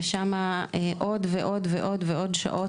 ושם השקענו עוד ועוד שעות,